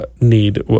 need